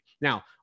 Now